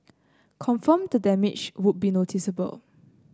confirm the damage would be noticeable